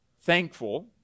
thankful